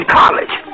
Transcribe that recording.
college